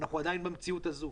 אנחנו עדיין במציאות הזאת.